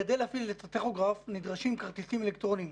כדי להפעיל את הטכוגרף נדרשים כרטיסים אלקטרוניים.